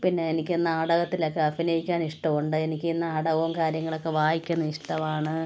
പിന്നെ എനിക്ക് നാടകത്തിലൊക്കെ അഭിനയിക്കാൻ ഇഷ്ടമുണ്ട് എനിക്ക് നാടകവും കാര്യങ്ങളൊക്കെ വായിക്കുന്നത് ഇഷ്ടമാണ്